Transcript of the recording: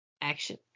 action